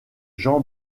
jean